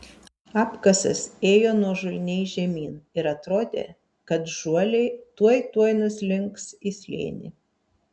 apkasas ėjo nuožulniai žemyn ir atrodė kad žuoliai tuoj tuoj nuslinks į slėnį